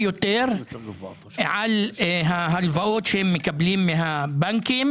יותר על ההלוואות שהם מקבלים מהבנקים.